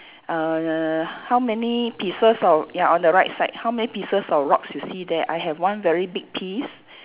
uh how many pieces of ya on the right side how many pieces of rocks you see there I have one very big piece